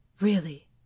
Really